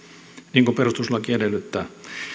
niin kuin perustuslaki edellyttää